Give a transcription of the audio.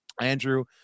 andrew